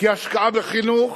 כי השקעה בחינוך,